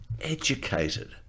educated